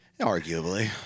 arguably